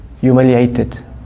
humiliated